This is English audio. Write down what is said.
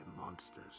monsters